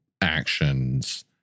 actions